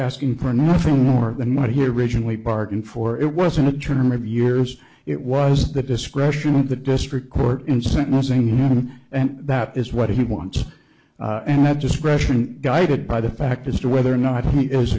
asking for nothing more than what he originally bargained for it wasn't a term of years it was the discretion of the district court in sentencing and that is what he wants to have discretion guided by the fact as to whether or not he is